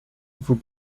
vous